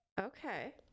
Okay